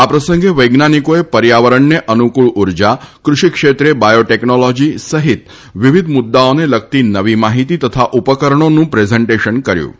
આ પ્રસંગ વૈજ્ઞાનિકોએ પર્યાવરણન અનુકૂળ ઉર્જા કૃષિક્ષવ્ત બાયોટેકનોલોજી સહિત વિવિધ મુદ્દાઓનાલગતી નવી માહિતી તથા ઉપકરણોનું પ્રાાન્ટેશન કર્યું હતું